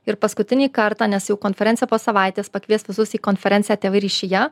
ir paskutinį kartą nes jau konferencija po savaitės pakviest visus į konferenciją tėvai ryšyje